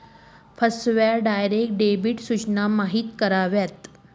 फसव्या, direct debit सूचना माहिती करी लेतस